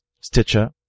Stitcher